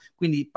quindi